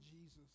Jesus